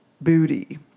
booty